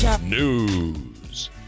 News